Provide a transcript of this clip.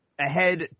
ahead